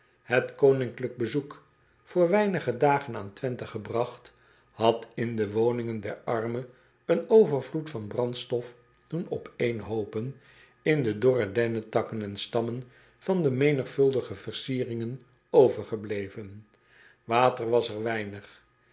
et oninklijk bezoek voor weinige dagen aan wenthe gebragt had in de woningen der armen een overvloed van brandstof doen opeenhoopen in de dorre dennetakken en stammen van de menigvuldige versieringen overgebleven ater was er weinig